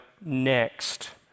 Next